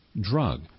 drug